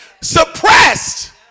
suppressed